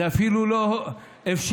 זו אפילו לא אפשרות,